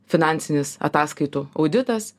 finansinis ataskaitų auditas